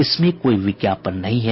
इसमें कोई विज्ञापन नहीं है